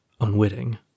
unwitting